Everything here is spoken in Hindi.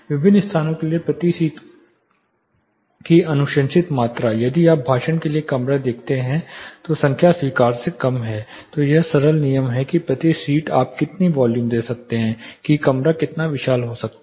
विभिन्न स्थानों के लिए प्रति सीट की अनुशंसित मात्रा यदि आप भाषण के लिए कमरे देखते हैं तो संख्या स्वीकार्य से कम है यह एक सरल नियम है प्रति सीट आप कितनी वॉल्यूम दे सकते हैं कि कमरा कितना विशाल हो सकता है